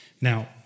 Now